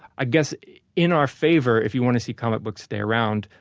i guess in our favor if you want to see comic books stay around,